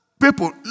People